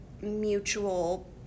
mutual